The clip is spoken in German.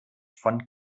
von